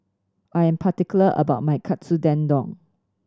I am particular about my Katsu Tendon